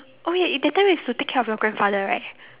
oh ya it that time used to take care of your grandfather right